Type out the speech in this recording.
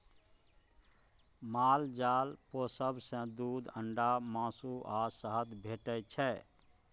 माल जाल पोसब सँ दुध, अंडा, मासु आ शहद भेटै छै